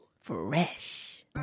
Fresh